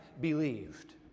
believed